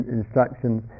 instructions